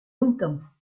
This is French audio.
longtemps